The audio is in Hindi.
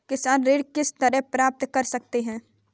किसान ऋण किस तरह प्राप्त कर सकते हैं?